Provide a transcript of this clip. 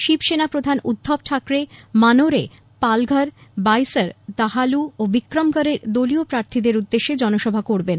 শিবসেনা প্রধান উদ্ভব ঠাকরে মানোরে পালঘর বইসর দাহানু ও বিক্রমগড়ের দলীয় প্রার্থীদের উদ্দেশে জনসভা করবেন